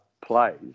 plays